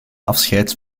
afscheid